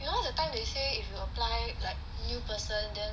you know that time they say if you apply like new person then